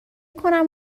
کنم